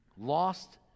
lost